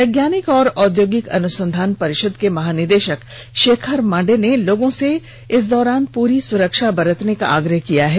वैज्ञानिक और औद्योगिक अनुसंधान परिषद के महानिदेशकशेखर मांडे ने लोगों से पूरी सुरक्षा बरतने का आग्रह किया है